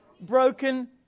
broken